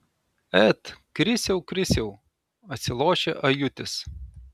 et krisiau krisiau atsilošia ajutis